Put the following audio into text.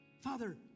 Father